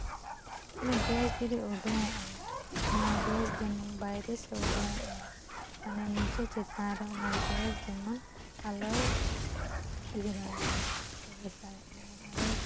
ᱢᱟᱱᱮ ᱜᱮᱥ ᱡᱩᱫᱤ ᱩᱰᱩᱝ ᱚᱜᱼᱟ ᱚᱱᱟ ᱜᱮᱥ ᱡᱮᱢᱚᱱ ᱵᱟᱭᱨᱮ ᱥᱮᱫ ᱩᱰᱩᱝᱼᱚᱜ ᱢᱟ ᱢᱟᱱᱮ ᱱᱤᱡᱮ ᱪᱮᱛᱟᱱ ᱨᱮ ᱚᱱᱟ ᱜᱮᱥ ᱡᱮᱢᱚᱱ ᱟᱞᱚᱭ ᱤᱭᱟᱹ ᱫᱟᱲᱭᱟᱜᱼᱟ ᱯᱨᱚᱵᱮᱥ ᱫᱟᱲᱮᱭᱟᱜᱼᱢᱟ ᱢᱟᱱᱮ ᱟᱞᱚᱭ